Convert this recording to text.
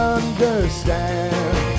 understand